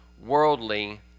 worldly